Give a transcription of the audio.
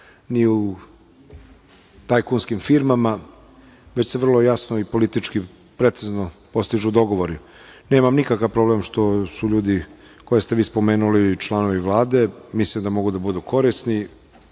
ni u tajkunskim firmama, već se vrlo jasno i politički, precizno poszižu dogovori. Nemam nikakav problem što su ljudi koje ste vi spomenuli članovi Vlade, mislim da mogu da budu korisni